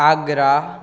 Agra